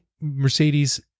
Mercedes